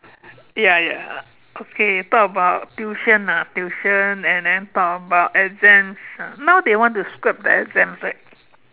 ya ya okay talk about tuition ah tuition and then talk about exams ah now they want to scrap the exams right